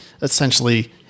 essentially